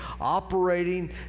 operating